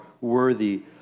worthy